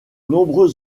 nombreux